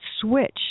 switch